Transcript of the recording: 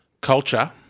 culture